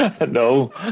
no